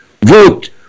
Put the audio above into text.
vote